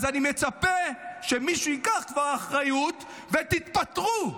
אז אני מצפה שמישהו ייקח כבר אחריות ותתפטרו.